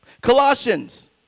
Colossians